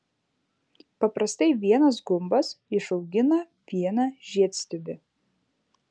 paprastai vienas gumbas išaugina vieną žiedstiebį